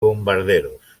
bombarderos